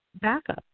backup